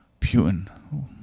Putin